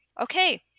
Okay